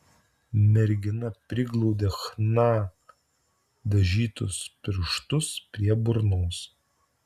mergina priglaudė chna dažytus pirštus prie burnos